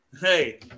Hey